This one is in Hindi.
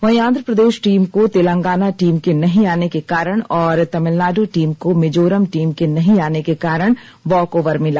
वहीं आंध्रप्रदेश टीम को तेलंगाना टीम के नहीं आने के कारण और तमिलनाडु टीम को मिजोरम टीम के नहीं आने के कारण वॉकओवर मिला